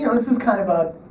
you know this is kind of a,